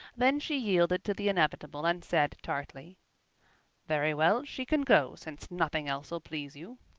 then she yielded to the inevitable and said tartly very well, she can go, since nothing else ll please you.